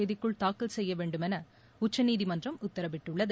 தேதிக்குள் தாக்கல் செய்ய வேண்டும் என உச்சநீதிமன்றம் உத்தரவிட்டுள்ளது